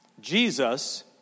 Jesus